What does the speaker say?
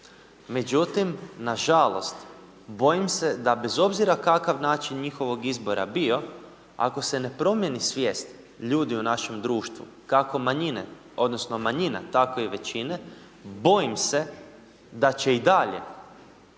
Međutim, nažalost bojim se da bez obzira kakav način njihovog izbora bio, ako se ne promijeni svijest ljudi u našem društvu, kako manjine odnosno manjina tako i većine, bojim se da će i dalje